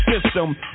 system